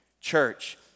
Church